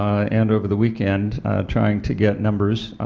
and over the weekend trying to get numbers,